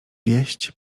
wieść